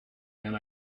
and